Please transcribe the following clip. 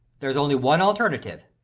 there's only one alternative.